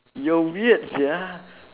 you're weird sia